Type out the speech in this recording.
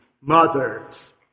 mothers